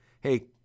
hey